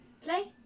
Play